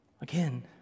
Again